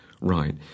right